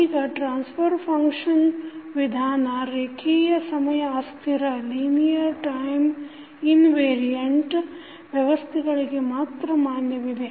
ಈಗ transfer function ವಿಧಾನ ರೇಖಿಯ ಸಮಯ ಅಸ್ಥಿರ ವ್ಯವಸ್ಥೆಗಳಿಗೆ ಮಾತ್ರ ಮಾನ್ಯವಿದೆ